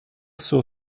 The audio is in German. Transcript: sur